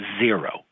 Zero